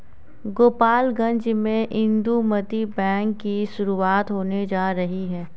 गोपालगंज में इंदुमती बैंक की शुरुआत होने जा रही है